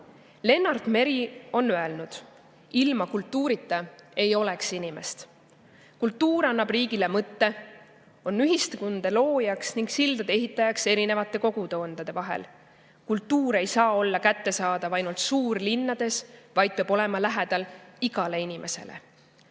Lennart Meri on öelnud, et ilma kultuurita ei oleks inimest. Kultuur annab riigile mõtte, on ühistunde loojaks ning sildade ehitajaks erinevate kogukondade vahel. Kultuur ei saa olla kättesaadav ainult suurlinnades, vaid peab olema lähedal igale inimesele.